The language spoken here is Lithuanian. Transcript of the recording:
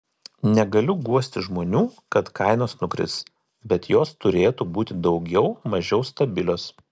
negaliu guosti žmonių kad kainos nukris bet jos turėtų būti daugiau mažiau stabilios